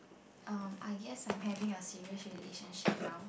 um I guess I'm having a serious relationship now